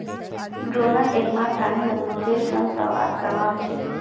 ड्रोनेर एकमात रानी मधुमक्खीर संग सहवास करवा ह छेक